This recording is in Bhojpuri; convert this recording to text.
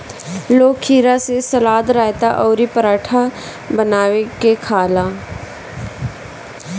लोग खीरा से सलाद, रायता अउरी पराठा बना के खाला